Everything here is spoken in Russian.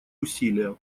усилия